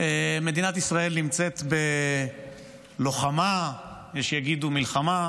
מדינת ישראל נמצאת בלוחמה, יש שיגידו מלחמה.